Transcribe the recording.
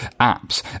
apps